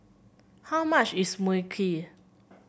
how much is Mui Kee